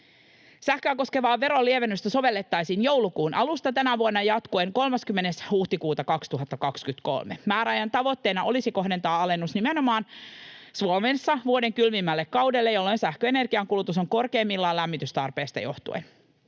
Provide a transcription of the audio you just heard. Sähköä koskevaa verolievennystä sovellettaisiin joulukuun alusta tänä vuonna jatkuen 30. huhtikuuta 2023. Määräajan tavoitteena olisi kohdentaa alennus nimenomaan Suomessa vuoden kylmimmälle kaudelle, jolloin sähköenergian kulutus on korkeimmillaan lämmitystarpeesta johtuen.